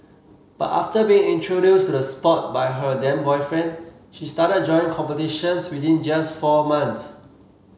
but after being introduced to the sport by her then boyfriend she started joining competitions within just four months